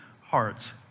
hearts